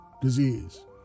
disease